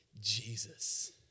Jesus